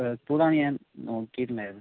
വേൾപൂളാണ് ഞാൻ നോക്കിയിട്ടുണ്ടായിരുന്നത്